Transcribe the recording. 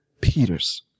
Peters